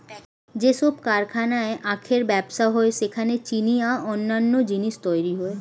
যেসব কারখানায় আখের ব্যবসা হয় সেখানে চিনি ও অন্যান্য জিনিস তৈরি হয়